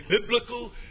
biblical